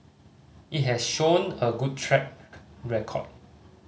it has shown a good track record